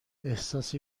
احساس